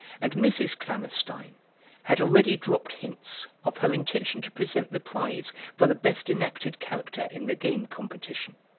and mrs. klammerstein had already dropped hints of her intention to present the prize for the best enacted character in the game competition.